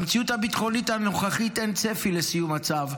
במציאות הביטחונית הנוכחית אין צפי לסיום הצו,